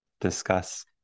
discuss